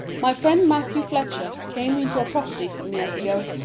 my friend matthew fletcher came into a property some years ago,